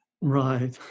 Right